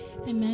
Amen